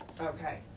Okay